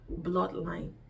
bloodline